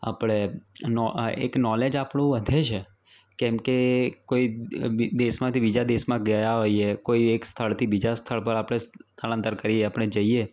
આપણે કનો એક નોલેજ આપણું વધે છે કેમ કે કોઈક બી દેશમાંથી બીજા દેશમાં ગયા હોઇએ કોઈ એક સ્થળથી બીજા સ્થળ પર આપણે સ્થળાંતર કરીએ આપણે જઇએ